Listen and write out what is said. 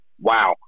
Wow